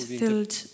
filled